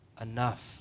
enough